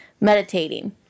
meditating